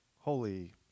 holy